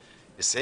(ג),